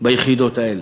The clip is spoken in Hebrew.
ביחידות האלה.